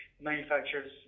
Manufacturer's